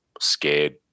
scared